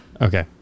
Okay